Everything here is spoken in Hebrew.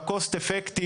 ב- cost effective,